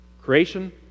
Creation